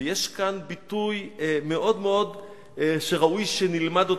ויש כאן ביטוי שמאוד ראוי שנלמד אותו: